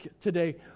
today